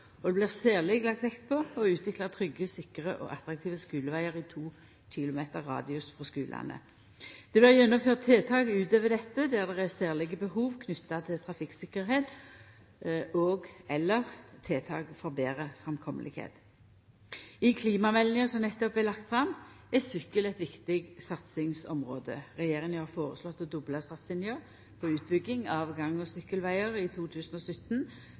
og det blir særleg lagt vekt på å utvikla trygge, sikre og attraktive skulevegar i 2 km radius frå skulane. Det blir gjennomført tiltak utover dette, der det er særlege behov knytte til trafikktryggleik og/eller tiltak for betre framkomst. I klimameldinga som nettopp vart lagd fram, er sykkel eit viktig satsingsområde. Regjeringa har føreslått å dobla satsinga på utbygging av gang- og sykkelvegar i 2017